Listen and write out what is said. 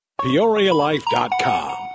PeoriaLife.com